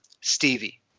Stevie